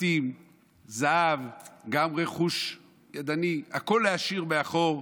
בתים, זהב, גם רכוש ידני, הכול להשאיר מאחור.